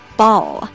ball